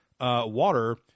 water